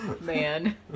man